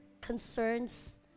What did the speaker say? concerns